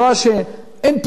חבר הכנסת וקנין,